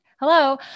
Hello